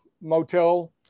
motel